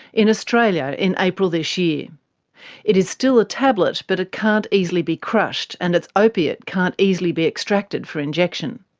in australia in april this year it is still a tablet, but it can't easily be crushed, and its opiate can't easily be extracted for injection.